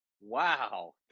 Wow